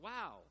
Wow